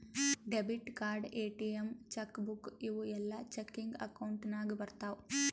debit card, ATM, cheque book ಇವೂ ಎಲ್ಲಾ checking account ನಾಗ್ ಬರ್ತಾವ್